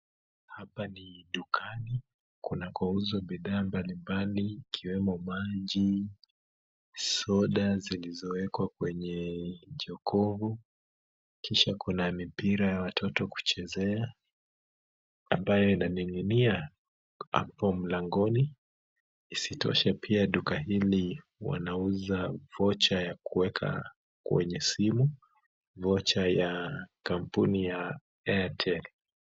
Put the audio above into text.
Hapa ni dukani kunakouzwa bidhaa mbalimbali ikiwemo maji, soda zilizowekwa kwenye jokofu, kisha kuna mipira ya watoto kuchezea ambayo inaning'inia hapo mlangoni, isitoshe pia duka hili wanauza vocha ya kuweka kwenye simu, vocha ya kampuni ya Airtel.